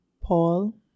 Paul